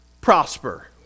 prosper